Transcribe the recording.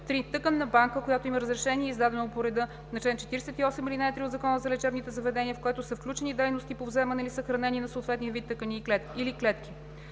тъканна банка, която има разрешение, издадено по реда на чл. 48, ал. 3 от Закона за лечебните заведения, в което са включени дейности по вземане или съхранение на съответния вид тъкани или клетки.